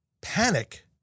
panic